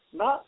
na